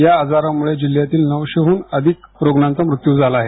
या आजारामुळे जिल्ह्यातील नऊशेहन जास्त रुग्णांचा मृत्यू झाला आहे